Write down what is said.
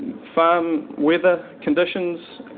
farm weather conditions,